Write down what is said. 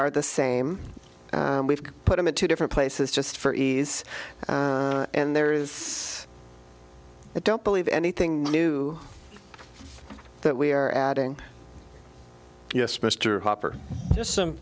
are the same and we've put them in two different places just for ease and there is i don't believe anything new that we are adding yes mr hopper to some